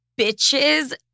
bitches